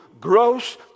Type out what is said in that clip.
gross